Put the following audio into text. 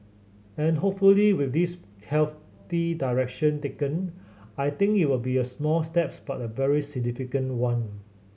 and hopefully with this healthy direction taken I think it will be a small steps but a very significant one